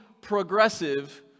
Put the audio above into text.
progressive